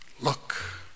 look